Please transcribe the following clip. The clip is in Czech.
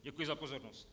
Děkuji za pozornost.